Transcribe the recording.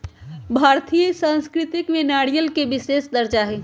भारतीय संस्कृति में नारियल के विशेष दर्जा हई